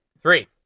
Three